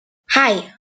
hei